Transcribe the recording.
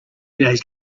days